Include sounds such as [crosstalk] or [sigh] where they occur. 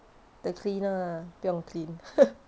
the cleaner 不用 clean [laughs]